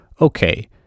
Okay